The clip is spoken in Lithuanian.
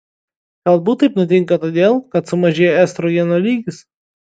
galbūt taip nutinka todėl kad sumažėja estrogeno lygis